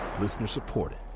Listener-supported